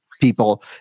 people